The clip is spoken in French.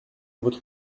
votre